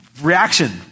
Reaction